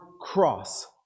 cross